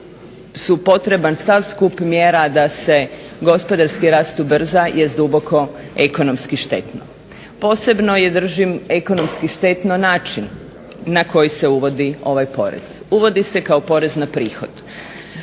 je potreban sav skup mjera da se gospodarski rast ubrza jest duboko ekonomski štetno. Posebno je držim ekonomski štetno način na koji se uvodi ovaj porez. Uvodi se kao porez na prihod.